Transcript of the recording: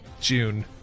June